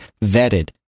vetted